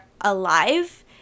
alive